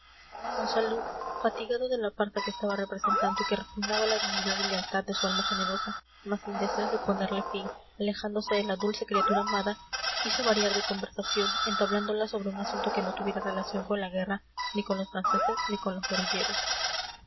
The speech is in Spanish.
todavía monsalud fatigado de la farsa que estaba representando y que repugnaba a la dignidad y lealtad de su alma generosa mas sin deseos de ponerle fin alejándose de la dulce criatura amada quiso variar de conversación entablándola sobre un asunto que no tuviera relación con la guerra ni con los franceses ni con los guerrilleros